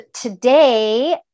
today